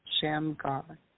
Shamgar